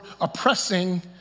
oppressing